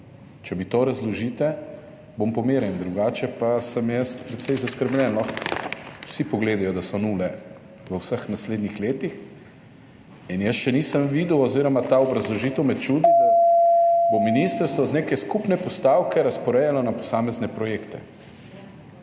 Če mi to razložite, bom pomirjen, drugače pa sem jaz precej zaskrbljen. Lahko vsi pogledajo, da so nule v vseh naslednjih letih, in jaz še nisem videl oziroma me čudi ta obrazložitev, da bo ministrstvo z neke skupne postavke razporejalo na posamezne projekte.